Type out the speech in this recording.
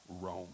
Rome